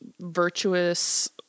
virtuous